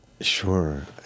Sure